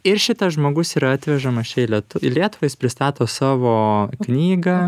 ir šitas žmogus yra atvežamas čia į liet į lietuvą jis pristato savo knygą